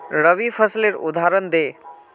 रवि फसलेर उदहारण दे?